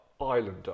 islander